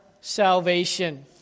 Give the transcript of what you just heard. salvation